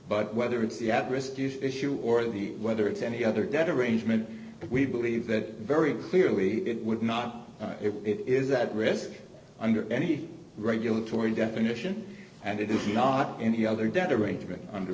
but whether it's the at risk issue or the whether it's any other debt arrangement but we believe that very clearly it would not it is that risk under any regulatory definition and it is not any other debt arrangement under